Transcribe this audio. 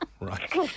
Right